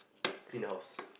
clean house